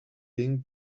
being